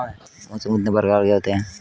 मौसम कितने प्रकार के होते हैं?